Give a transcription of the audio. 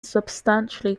substantially